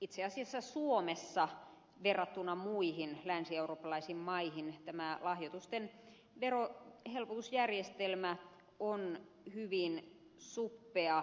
itse asiassa suomessa verrattuna muihin länsieurooppalaisiin maihin tämä lahjoitusten verohelpotusjärjestelmä on hyvin suppea